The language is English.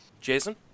Jason